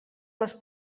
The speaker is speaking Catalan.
les